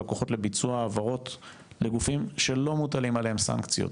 הלקוחות לביצוע העברות לגופים שלא מוטלים עליהם סנקציות,